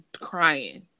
crying